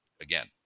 again